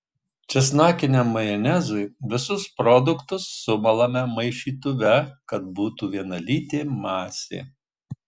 česnakiniam majonezui visus produktus sumalame maišytuve kad būtų vienalytė masė